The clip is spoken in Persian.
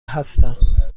هستم